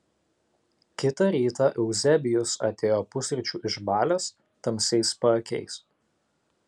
kitą rytą euzebijus atėjo pusryčių išbalęs tamsiais paakiais